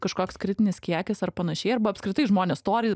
kažkoks kritinis kiekis ar panašiai arba apskritai žmonės stori